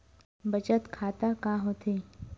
बचत खाता का होथे?